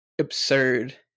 absurd